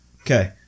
Okay